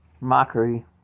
Mockery